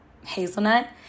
hazelnut